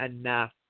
enough